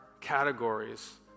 categories